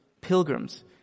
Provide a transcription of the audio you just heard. pilgrims